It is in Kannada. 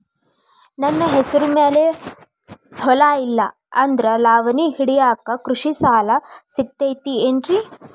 ನನ್ನ ಹೆಸರು ಮ್ಯಾಲೆ ಹೊಲಾ ಇಲ್ಲ ಆದ್ರ ಲಾವಣಿ ಹಿಡಿಯಾಕ್ ಕೃಷಿ ಸಾಲಾ ಸಿಗತೈತಿ ಏನ್ರಿ?